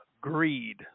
greed